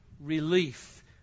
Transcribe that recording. relief